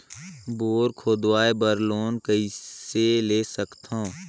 Bore खोदवाय बर loan कइसे ले सकथव?